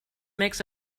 makes